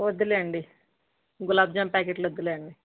వద్దులేండి గులాబ్ జామున్ ప్యాకెట్లు వద్దులేండి